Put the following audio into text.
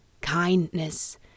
kindness